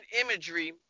imagery